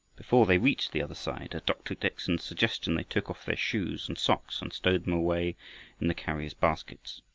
before they reached the other side, at dr. dickson's suggestion, they took off their shoes and socks, and stowed them away in the carriers' baskets.